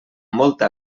molta